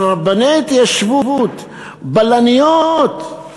של רבני ההתיישבות, בלניות,